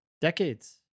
decades